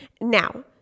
Now